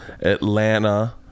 Atlanta